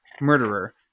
murderer